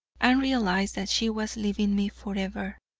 and realized that she was leaving me forever.